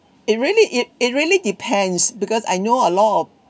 it really it it really depends because I know a lot of